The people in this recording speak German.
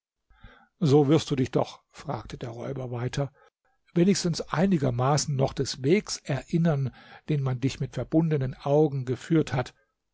so wirst du dich doch fragte der räuber weiter wenigstens einigermaßen noch des wegs erinneren den man dich mit verbundenen augen geführt hat